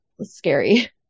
scary